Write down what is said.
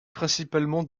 principalement